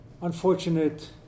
unfortunate